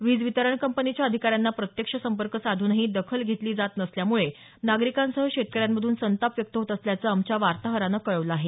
वीज वितरण कंपनीच्या अधिकाऱ्यांना प्रत्यक्ष संपर्क साधूनही दखल घेतली जात नसल्यामुळे नागरिकांसह शेतकऱ्यांमधून संताप व्यक्त होत असल्याचं आमच्या वार्ताहरानं कळवलं आहे